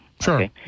Sure